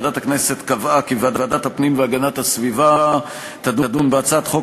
ועדת הכנסת קבעה כי ועדת הפנים והגנת הסביבה תדון בהצעת חוק